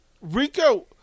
Rico